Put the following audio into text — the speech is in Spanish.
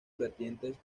vertientes